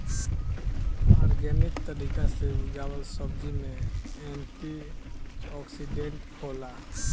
organic तरीका से उगावल सब्जी में एंटी ओक्सिडेंट होला